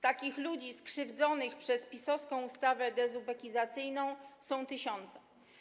Takich ludzi skrzywdzonych przez PiS-owską ustawę dezubekizacyjną są tysiące.